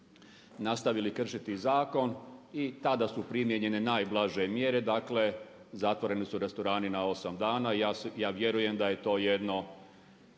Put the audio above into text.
nastavili kršiti zakon. I tada su primijenjene najblaže mjere, dakle zatvoreni su restorani na 8 dana. I ja vjerujem da je to jedno